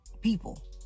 people